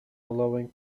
allowing